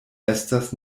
estas